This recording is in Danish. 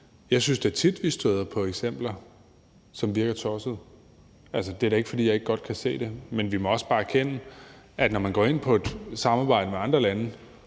jeg synes tit, vi støder på eksempler, som virker tossede. Det er da ikke, fordi jeg ikke godt kan se det. Men vi må også bare erkende, at når man går ind i et samarbejde med andre lande,